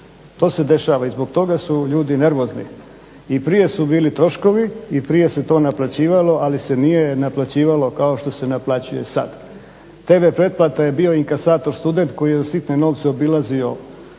To se dešava i zbog toga su ljudi nervozni. I prije su bili troškovi i prije se to naplaćivalo ali se nije naplaćivalo kao što se naplaćuje sad. TV pretplata je bio inkasator student koji je za sitne novce obilazio